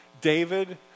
David